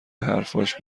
حرفاش